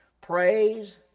Praise